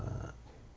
uh